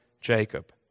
Jacob